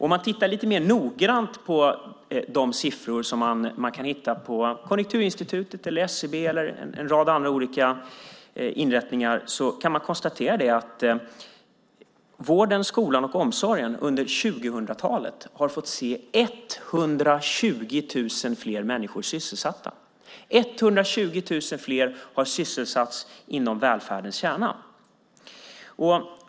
Om man tittar lite mer noggrant på de siffror man kan hitta från Konjunkturinstitutet, SCB och en rad andra olika inrättningar kan man konstatera att vården, skolan och omsorgen under 2000-talet har fått se 120 000 fler människor sysselsatta. Det är 120 000 fler som har sysselsatts inom välfärdens kärna.